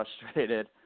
frustrated